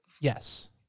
Yes